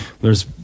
there's-